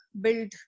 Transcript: build